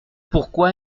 pourquoi